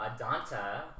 Adanta